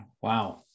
wow